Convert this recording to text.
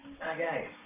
okay